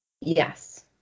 Yes